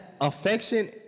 affection